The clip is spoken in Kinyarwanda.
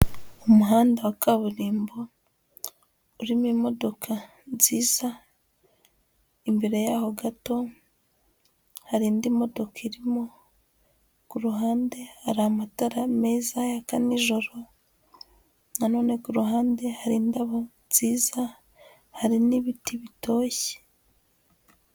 Umuhanda wa kaburimbo urimo imodoka nziza, imbere yaho gato hari indi modoka irimo, ku ruhande hari amatara meza, yaka nijoro, na none ku ruhande hari indabyo nziza, hari n'ibiti bitoshye.